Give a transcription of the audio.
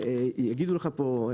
יגידו לך פה,